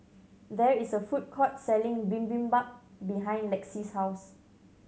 there is a food court selling Bibimbap behind Lexie's house